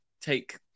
take